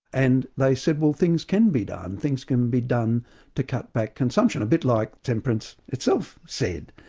and they said, well things can be done, things can be done to cut back consumption', a bit like temperance itself said.